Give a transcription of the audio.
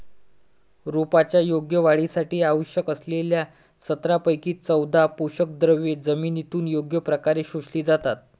रोपांच्या योग्य वाढीसाठी आवश्यक असलेल्या सतरापैकी चौदा पोषकद्रव्ये जमिनीतून योग्य प्रकारे शोषली जातात